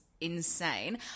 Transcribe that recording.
insane